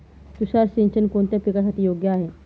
तुषार सिंचन कोणत्या पिकासाठी योग्य आहे?